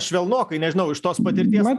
švelnokai nežinau iš tos patirties